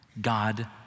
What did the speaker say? God